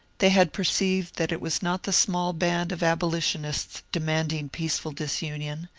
they had perceived that it was not the small band of abolitionists demanding peaceful disunion,